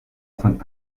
von